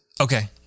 okay